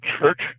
church